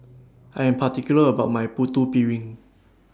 I Am particular about My Putu Piring